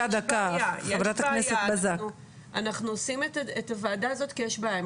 אנחנו עושים את הוועדה הזאת כי יש בעיה,